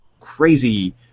crazy